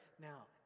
Now